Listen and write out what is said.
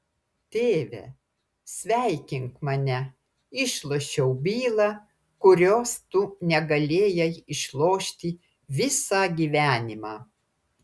tėve sveikink mane išlošiau bylą kurios tu negalėjai išlošti visą gyvenimą